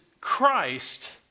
Christ